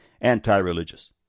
anti-religious